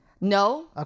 No